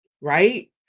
right